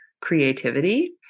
creativity